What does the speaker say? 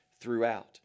throughout